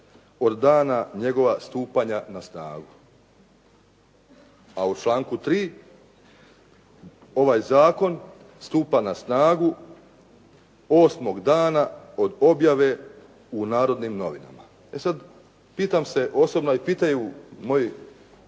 od dana njegova stupanja na snagu. A u članku 3., ovaj zakon stupa na snagu 8. dana od objave u "Narodim novinama". E sad, pitam se osobno, a i pitaju moju